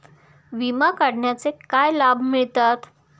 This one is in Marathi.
विमा काढण्याचे काय लाभ मिळतात?